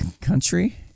Country